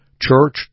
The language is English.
Church